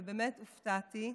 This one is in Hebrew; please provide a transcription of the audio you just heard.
ובאמת הופתעתי,